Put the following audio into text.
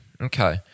Okay